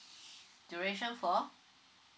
duration for